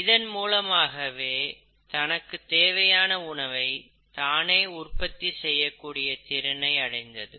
இதன் மூலமாகவே தனக்குத் தேவையான உணவை தானே உற்பத்தி செய்யக்கூடிய திறனை அடைந்தது